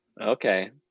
Okay